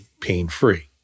pain-free